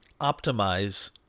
optimize